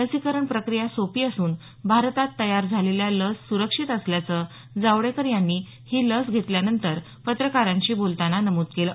लसीकरण प्रक्रिया सोपी असून भारतात तयार झालेल्या लस सुरक्षित असल्याचं जावडेकर यांनी ही लस घेतल्यानंतर पत्रकारांशी बोलताना नमूद केलं